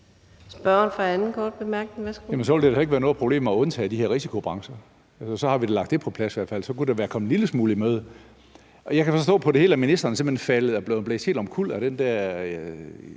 da heller ikke være noget problem at undtage de her risikobrancher. Så har vi da lagt det på plads i hvert fald. Så kunne man være kommet det en lille smule i møde. Jeg kan forstå på det hele, at ministeren simpelt hen er blevet blæst helt omkuld